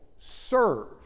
serve